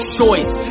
choice